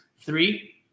three